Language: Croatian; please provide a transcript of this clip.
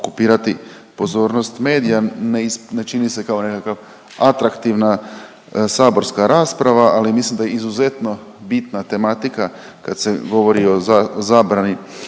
okupirati pozornost medija. Ne čini se kao nekakva atraktivna saborska rasprava ali mislim da je izuzetno bitna tematika kad se govori o zabrani